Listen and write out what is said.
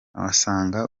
asanga